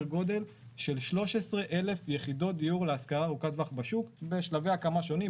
גודל של 13,000 יחידות דיור של השכרה ארוכת טווח בשוק בשלבי הקמה שונים,